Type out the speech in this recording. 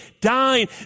dying